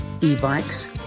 e-bikes